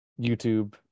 YouTube